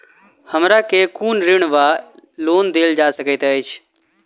हमरा केँ कुन ऋण वा लोन देल जा सकैत अछि?